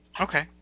Okay